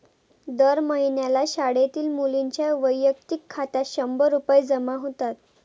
दर महिन्याला शाळेतील मुलींच्या वैयक्तिक खात्यात शंभर रुपये जमा होतात